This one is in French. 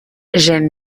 j’aime